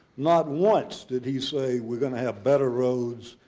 not once did he say we're going to have better roads,